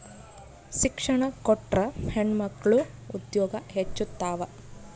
ಶಿಕ್ಷಣ ಕೊಟ್ರ ಹೆಣ್ಮಕ್ಳು ಉದ್ಯೋಗ ಹೆಚ್ಚುತಾವ